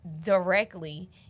directly